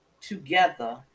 together